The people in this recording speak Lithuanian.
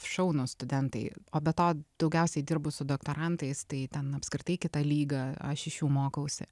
šaunūs studentai o be to daugiausiai dirbu su doktorantais tai ten apskritai kita lyga aš iš jų mokausi